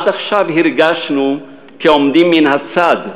עד עכשיו הרגשנו כעומדים מן הצד,